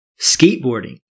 skateboarding